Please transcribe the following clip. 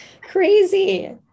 crazy